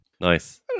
Nice